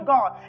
God